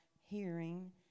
hearing